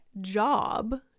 job